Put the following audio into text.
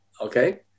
Okay